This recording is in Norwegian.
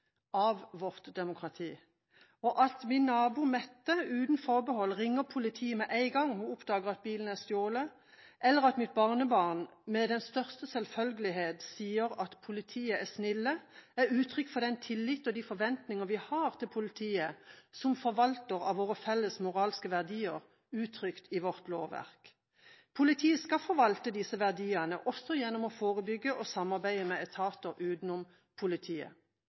i vårt demokrati. At min nabo, Mette, uten forbehold ringer politiet med en gang hun oppdager at bilen er stjålet, eller at mitt barnebarn med den største selvfølgelighet sier at politiet er snilt, er uttrykk for den tillit og de forventninger vi har til politiet som forvalter av våre felles moralske verdier, uttrykt i vårt lovverk. Politiet skal forvalte disse verdiene, også gjennom å forebygge og samarbeide med etater utenfor politiet.